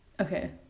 okay